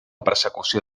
persecució